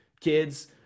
kids